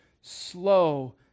slow